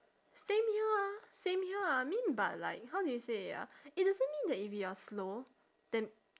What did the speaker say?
same here ah same here ah I mean but like how do you say it ah it doesn't mean that if you are slow then